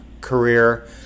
career